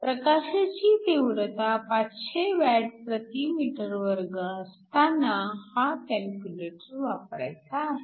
प्रकाशाची तीव्रता 500 Wm2 असताना हा कॅल्क्युलेटर वापरायचा आहे